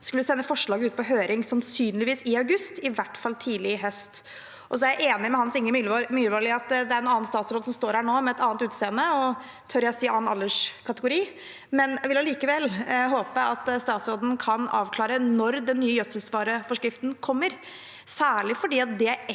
skulle sende forslaget ut på høring, sannsynligvis i august, i hvert fall tidlig i høst. Jeg er enig med Hans Inge Myrvold i at det er en annen statsråd som står her nå, med et annet utseende – og tør jeg si i en annen alderskategori – men jeg vil likevel håpe at statsråden kan avklare når den nye gjødselvareforskriften kommer, særlig fordi det er